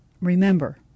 Remember